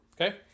okay